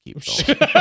keep